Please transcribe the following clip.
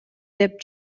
деп